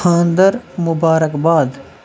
خاندر مبارکباد